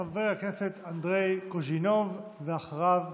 חבר הכנסת אנדרי קוז'ינוב, ואחריו,